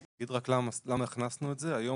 אני אגיד רק למה הכנסנו את זה: היום,